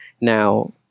Now